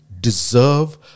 deserve